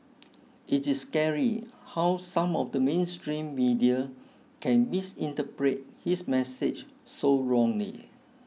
it is scary how some of the mainstream media can misinterpret his message so wrongly